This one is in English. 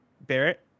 Barrett